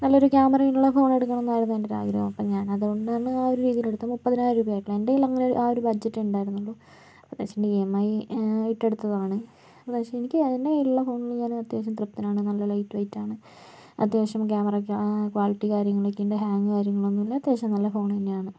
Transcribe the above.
നല്ലൊരു ക്യാമറയുള്ള ഫോൺ എടുക്കണം എന്നായിരുന്നു എൻ്റെ ഒരു ആഗ്രഹം അപ്പോൾ ഞാൻ അതുകൊണ്ട് തന്നെ ആ ഒരു രീതിയിലെടുത്തു മുപ്പതിനായിരം രൂപയായിരുന്നു എൻ്റെ കയ്യിൽ അങ്ങനെ ഒരു ആ ഒരു ബഡ്ജറ്റ് ഉണ്ടായിരുന്നുള്ളു അപ്പം എന്നു വച്ചിട്ടുണ്ടെങ്കിൽ ഇ എം ഐ ഇട്ട് എടുത്തതാണ് പക്ഷേ എനിക്ക് എൻ്റെ കയ്യിൽ ഉള്ള ഫോണിൽ ഞാൻ അത്യാവശ്യം തൃപ്തനാണ് നല്ല ലൈറ്റ് വെയിറ്റ് ആണ് അത്യാവശ്യം ക്യാമറ ക്വാളിറ്റി കാര്യങ്ങളൊക്കെ ഉണ്ട് ഹാങ്ങ് കാര്യങ്ങളൊന്നുമില്ല അത്യാവശ്യം നല്ല ഫോണ് തന്നെയാണ്